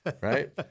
right